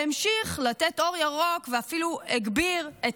והמשיך לתת אור ירוק ואפילו הגביר את